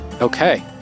okay